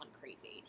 crazy